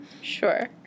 Sure